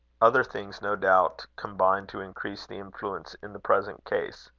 other things no doubt combined to increase the influence in the present case.